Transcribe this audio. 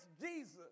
Jesus